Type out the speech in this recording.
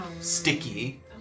sticky